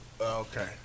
Okay